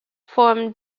form